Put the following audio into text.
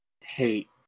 hate